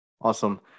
Awesome